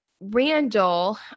Randall